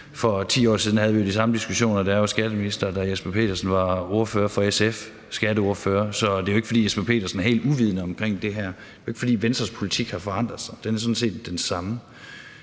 For 10 år siden havde vi den samme diskussion, da jeg var skatteminister og hr. Jesper Petersen var skatteordfører for SF, så det er jo ikke, fordi hr. Jesper Petersen er helt uvidende om det her. Det er jo ikke, fordi Venstres politik har forandret sig. Den er sådan set den samme.